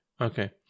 okay